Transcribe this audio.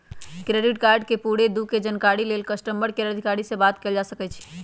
credit card के पूरे दू के जानकारी के लेल कस्टमर केयर अधिकारी से बात कयल जा सकइ छइ